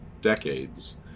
decades